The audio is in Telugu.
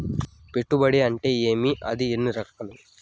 పెట్టుబడి అంటే ఏమి అది ఎన్ని రకాలు